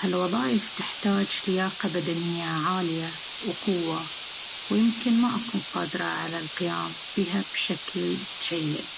هالوظايف تحتاج لياقة بدنية عالية وقوة، ويمكن ما أكون قادرة على القيام بها بشكل جيد.